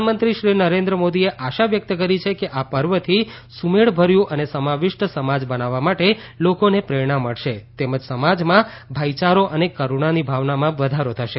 પ્રધાનમંત્રી શ્રી નરેન્દ્ર મોદીએ આશા વ્યકત કરી છે કે આ પર્વથી સુમેળભર્યુ અને સમાવિષ્ટ સમાજ બનાવવા માટે લોકોને પ્રેરણા મળશે તેમજ સમાજમાં ભાઇચારો અને કરૂણાની ભાવનામાં વધારો થશે